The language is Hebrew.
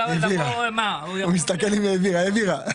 הוא יסתכל אם העבירה, העבירה.